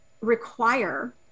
require